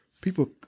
people